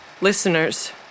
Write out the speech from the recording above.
listeners